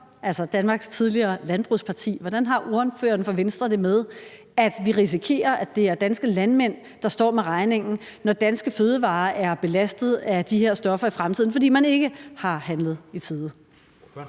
altså Danmarks tidligere landbrugsparti, det med, at vi risikerer, at det er danske landmænd, der står med regningen, når danske fødevarer er belastede af de her stoffer i fremtiden, fordi man ikke har handlet i tide?